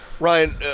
Ryan